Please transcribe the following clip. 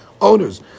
owners